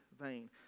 vain